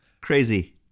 crazy